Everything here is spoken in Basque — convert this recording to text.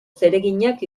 zereginak